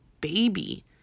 baby